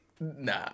nah